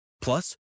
Plus